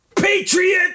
Patriot